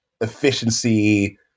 efficiency